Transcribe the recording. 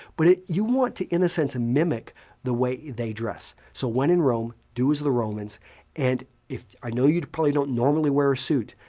but ah you want to, in a sense, mimic the way they dress. so when in rome, do as the romans and do. i know you probably don't normally wear a suit,